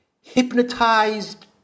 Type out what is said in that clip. hypnotized